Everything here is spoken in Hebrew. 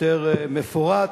יותר מפורט,